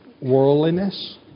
Worldliness